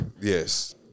Yes